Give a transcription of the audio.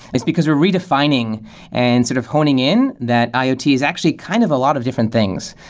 it's because we're redefining and sort of honing in that iot is actually kind of a lot of different things.